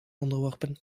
onderworpen